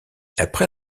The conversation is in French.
après